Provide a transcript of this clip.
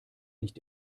nicht